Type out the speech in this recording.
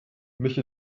mich